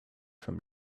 from